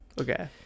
okay